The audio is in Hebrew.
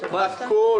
הכול.